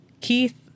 Keith